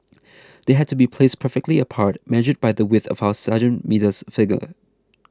they had to be placed perfectly apart measured by the width of our sergeants middle's finger